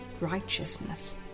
righteousness